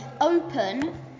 open